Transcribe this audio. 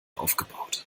aufgebaut